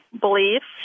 beliefs